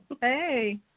hey